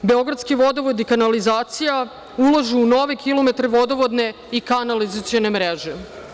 Beogradski vodovod i kanalizacija“ ulažu u nove kilometre vodovodne i kanalizacione mreže.